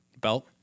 belt